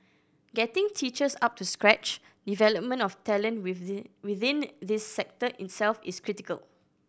getting teachers up to scratch of talent with the within this sector itself is critical